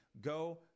Go